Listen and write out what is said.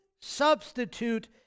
substitute